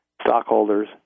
stockholders